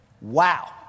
Wow